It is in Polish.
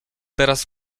teraz